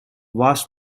vast